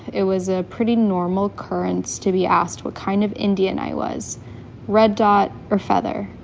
it was a pretty normal occurrence to be asked what kind of indian i was red dot or feather.